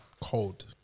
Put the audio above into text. cold